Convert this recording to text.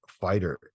fighter